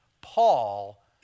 Paul